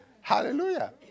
Hallelujah